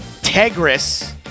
tegris